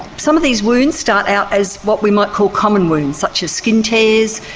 some of these wounds start out as what we might call common wounds such as skin tears,